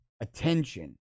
attention